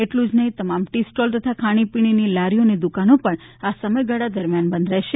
એટલુ જ નહી તમામ ટી સ્ટોલ તથા ખાણીપીણીની લારીઓ અને દુકાનો પણ આ સમયગાળા દરમિયાન બંધ રહેશે